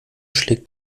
schlägt